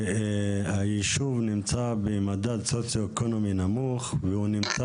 כשהיישוב נמצא במדד סוציו-אקונומי נמוך והוא נמצא